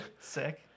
sick